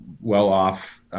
well-off